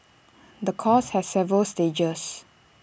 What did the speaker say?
the course has several stages